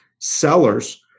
sellers